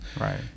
Right